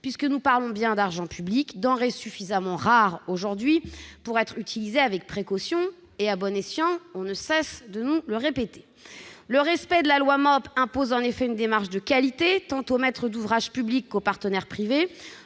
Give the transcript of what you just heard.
relever de la loi MOP. L'argent public est denrée suffisamment rare aujourd'hui. Il faut l'utiliser avec précaution et à bon escient ; on ne cesse de nous le répéter ... Le respect de la loi MOP impose une démarche de qualité tant aux maîtres d'ouvrage publics qu'aux prestataires privés,